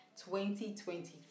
2023